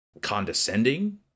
condescending